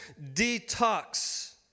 detox